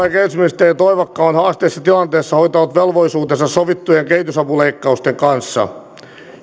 ja kehitysministeri toivakka on haasteellisessa tilanteessa hoitanut velvollisuutensa sovittujen kehitysapuleikkausten kanssa